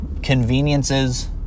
conveniences